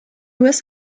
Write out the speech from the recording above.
was